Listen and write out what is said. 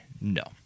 no